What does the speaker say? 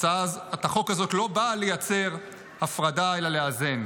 הצעת החוק הזאת לא באה לייצר הפרדה אלא לאזן.